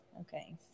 Okay